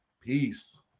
peace